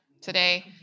today